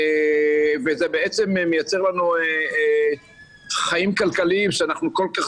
וזה בעצם מייצר לנו חיים כלכליים שאנחנו כל כך